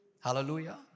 Hallelujah